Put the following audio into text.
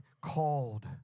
called